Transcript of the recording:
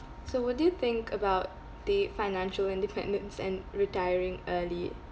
so what do you think about the financial independence and retiring early